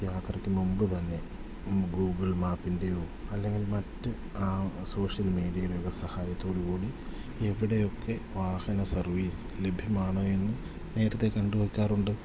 യാത്രയ്ക്കു മുൻപു തന്നെ ഗൂഗിൾ മാപ്പിൻ്റെയോ അല്ലെങ്കിൽ മറ്റ് സോഷ്യൽ മീഡിയയുടെയൊക്കെ സഹായത്തോടു കൂടി എവിടെയൊക്കെ വാഹന സർവ്വീസ് ലഭ്യമാണോ എന്നു നേരത്തെ കണ്ടു വെക്കാറുണ്ട്